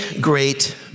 great